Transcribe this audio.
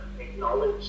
acknowledge